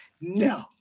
no